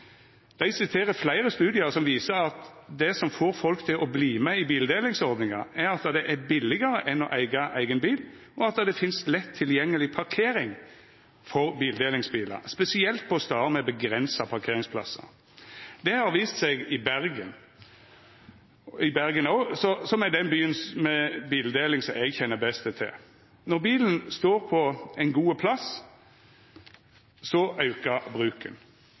Dei siterer fleire studiar som viser at det som får folk til å verta med i bildelingsordningar, er at det er billegare enn å eiga eigen bil, og at det finst lett tilgjengeleg parkering for bildelingsbilar, spesielt på stader med avgrensa parkering. Det har òg vist seg i Bergen, som er den byen med bildeling som eg kjenner best til. Når bilen står på ein god plass, aukar bruken.